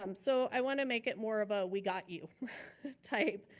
um so i wanna make it more of a we got you type.